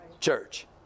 church